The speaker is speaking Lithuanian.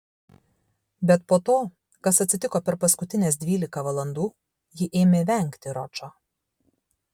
bet po to kas atsitiko per paskutines dvylika valandų ji ėmė vengti ročo